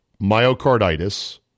myocarditis